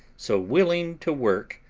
so willing to work,